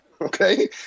okay